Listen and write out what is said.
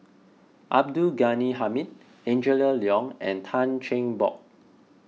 Abdul Ghani Hamid Angela Liong and Tan Cheng Bock